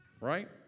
right